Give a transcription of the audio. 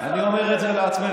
אני אומר את זה לעצמנו.